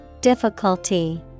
Difficulty